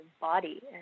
body